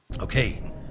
Okay